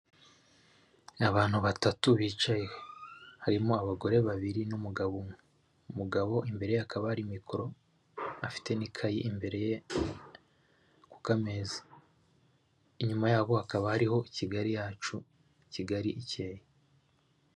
Abantu batatu bicaye, harimo abagore babiri n'umugabo, umugabo imbere ye hakaba hari mikoro, afite n'ikayi imbere ye ku ka meza, inyuma yabo hakaba hariho Kigali yacu, Kigali ikeye.